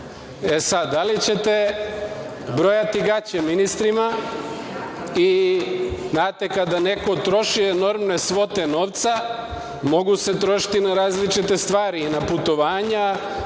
E sad, da li ćete brojati gaće ministrima i znate kada neko troši enormne svote novca mogu se trošiti na različite stvari i na putovanja